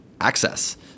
access